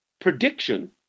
Prediction